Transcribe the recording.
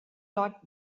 lot